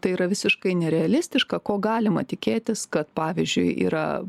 tai yra visiškai nerealistiška ko galima tikėtis kad pavyzdžiui yra